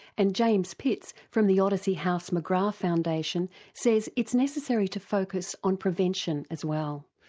and james pitts from the odyssey house mcgrath foundation says it's necessary to focus on prevention as well.